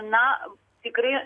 na tikrai